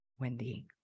Wendy